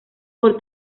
por